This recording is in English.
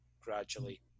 gradually